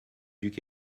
duc